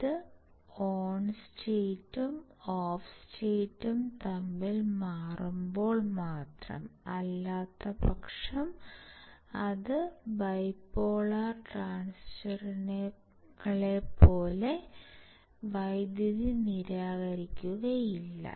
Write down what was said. ഇത് ഓൺ സ്റ്റേറ്റും ഓഫ് സ്റ്റേറ്റും തമ്മിൽ മാറുമ്പോൾ അല്ലാത്തപക്ഷം അത് ബൈപോളാർ ട്രാൻസിസ്റ്ററുകളേപോലെ വൈദ്യുതി നിരാകരിക്കുക ഇല്ല